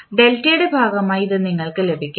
അതിനാൽ ഡെൽറ്റയുടെ ഭാഗമായി ഇത് നിങ്ങൾക്ക് ലഭിക്കും